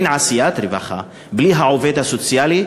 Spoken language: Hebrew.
אין עשיית רווחה בלי העובד הסוציאלי,